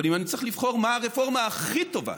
אבל אם אני צריך לבחור מה הרפורמה הכי טובה,